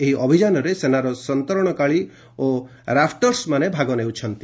ଏହି ଅଭିଯାନରେ ସେନାର ସନ୍ତରଣକାରୀ ଓ ରାଫୁର୍ସମାନେ ଭାଗ ନେଉଛନ୍ତି